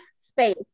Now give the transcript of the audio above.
space